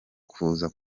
kuza